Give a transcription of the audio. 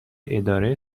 اداره